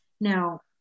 Now